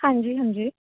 ਹਾਂਜੀ ਹਾਂਜੀ